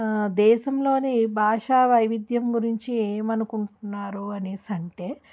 దేశంలోనే భాష వైవిధ్యం గురించి ఏమనుకుంటున్నారు అనేసి అంటే